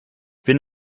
bin